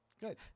Good